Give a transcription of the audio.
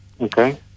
okay